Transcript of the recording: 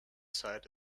site